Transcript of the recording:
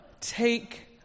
take